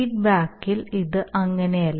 ഫീഡ്ബാക്കിൽ ഇത് അങ്ങനെയല്ല